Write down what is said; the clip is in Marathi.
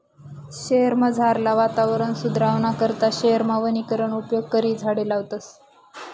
शयेरमझारलं वातावरण सुदरावाना करता शयेरमा वनीकरणना उपेग करी झाडें लावतस